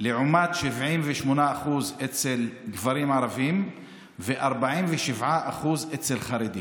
לעומת 78% אצל גברים ערבים ו-47% אצל חרדים.